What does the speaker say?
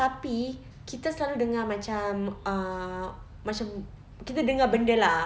tapi kita selalu dengar macam uh macam kita dengar benda lah